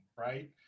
right